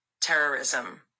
terrorism